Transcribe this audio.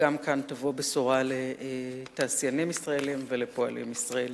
וגם כאן תבוא בשורה לתעשיינים ישראלים ולפועלים ישראלים.